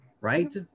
right